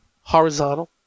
horizontal